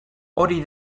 hori